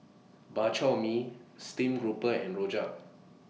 Bak Chor Mee Stream Grouper and Rojak